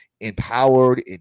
empowered